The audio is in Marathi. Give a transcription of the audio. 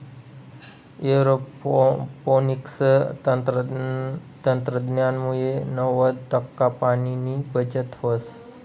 एरोपोनिक्स तंत्रज्ञानमुये नव्वद टक्का पाणीनी बचत व्हस